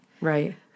Right